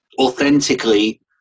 authentically